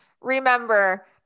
Remember